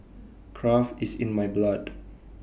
craft is in my blood